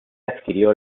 adquirió